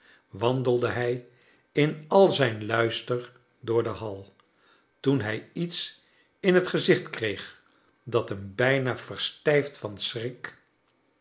wandelde hij in al zijn luister door de hall toen hij iets in het gezicht kreeg dat hem bijna verstijfd van schrik